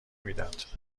میداد